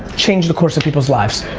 change the course of people's lives.